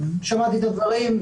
שמעתי את הדברים,